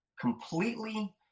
completely